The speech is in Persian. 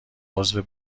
عضو